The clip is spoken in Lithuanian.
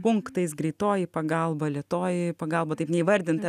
punktais greitoji pagalba lėtoji pagalba taip neįvardinta